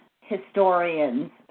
historians